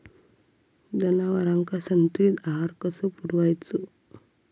जनावरांका संतुलित आहार कसो पुरवायचो?